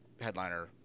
headliner